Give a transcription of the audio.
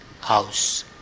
house